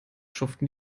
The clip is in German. schuften